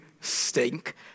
stink